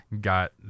got